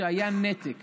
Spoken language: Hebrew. שהיה נתק